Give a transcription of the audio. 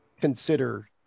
consider